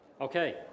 Okay